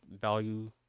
value